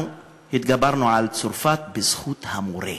אנחנו התגברנו על צרפת בזכות המורה.